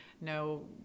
no